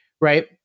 Right